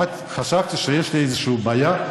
חשבתי שיש לי איזה בעיה,